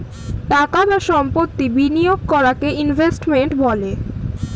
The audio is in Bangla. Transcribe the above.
টাকা বা সম্পত্তি বিনিয়োগ করাকে ইনভেস্টমেন্ট বলে